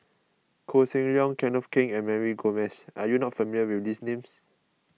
Koh Seng Leong Kenneth Keng and Mary Gomes are you not familiar with these names